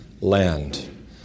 land